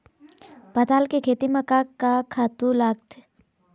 पताल के खेती म का का खातू लागथे?